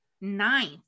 ninth